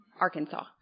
Arkansas